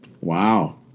Wow